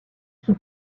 qui